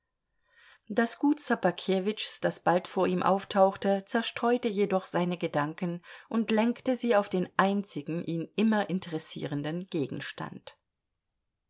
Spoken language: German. das gut ssobakewitschs das bald vor ihm auftauchte zerstreute jedoch seine gedanken und lenkte sie auf den einzigen ihn immer interessierenden gegenstand